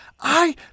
I